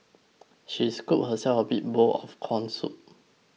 she scooped herself a big bowl of Corn Soup